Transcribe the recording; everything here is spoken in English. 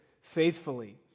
faithfully